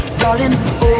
darling